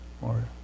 more